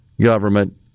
government